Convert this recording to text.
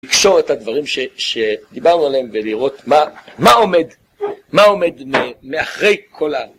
לקשור את הדברים שדיברנו עליהם ולראות מה עומד מאחרי כל ה...